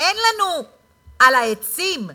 אין לנו על העצים תקציבים.